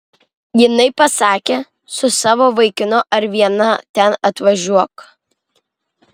jinai pasakė su savo vaikinu ar viena ten atvažiuok